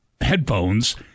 headphones